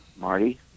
Marty